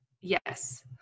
Yes